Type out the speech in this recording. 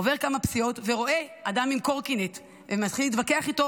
עובר כמה פסיעות ורואה אדם עם קורקינט ומתחיל להתווכח איתו,